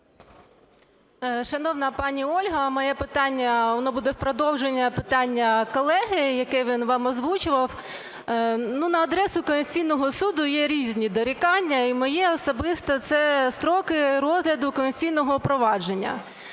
Шановна пані Ольга, моє питання, воно буде в продовження питання колеги, яке він вам озвучував. На адресу Конституційного Суду є різні дорікання і моє особисте – це строки розгляду конституційного провадження,